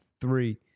three